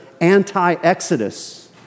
anti-exodus